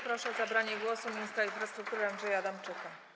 Proszę o zabranie głosu ministra infrastruktury Andrzeja Adamczyka.